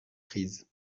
prise